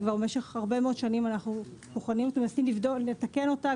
במשך הרבה מאוד שנים אנחנו מנסים לתקן אותה.